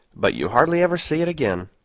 but you hardly ever see it again.